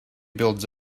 builds